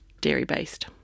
dairy-based